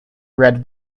red